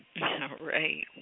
right